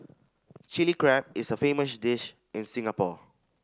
Chilli Crab is a famous dish in Singapore